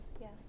yes